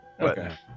Okay